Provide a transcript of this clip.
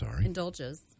indulges